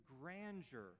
grandeur